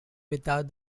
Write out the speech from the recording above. without